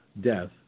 death